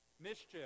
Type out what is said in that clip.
Mischief